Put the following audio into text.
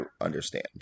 understand